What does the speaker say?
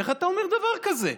איך אתה אומר דבר כזה?